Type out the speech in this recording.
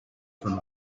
from